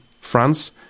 France